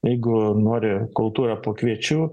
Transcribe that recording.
jeigu nori kultūrą po kviečių